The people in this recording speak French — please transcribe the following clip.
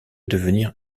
devenir